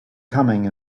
coming